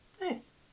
Nice